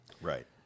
Right